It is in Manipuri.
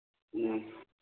ꯎꯝ